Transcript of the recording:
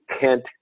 Kent